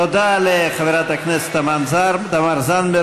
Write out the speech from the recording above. תודה לחברת הכנסת תמר זנדברג.